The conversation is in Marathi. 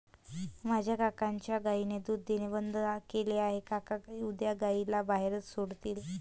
माझ्या काकांच्या गायीने दूध देणे बंद केले आहे, काका उद्या गायीला बाहेर सोडतील